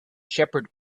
shepherd